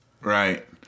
Right